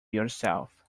yourself